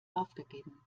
aufgegeben